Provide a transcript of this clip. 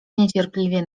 niecierpliwie